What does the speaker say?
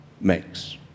makes